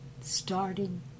starting